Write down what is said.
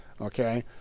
okay